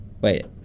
wait